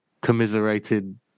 commiserated